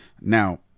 Now